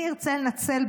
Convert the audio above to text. אני ארצה לנצל,